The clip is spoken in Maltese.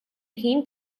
ħin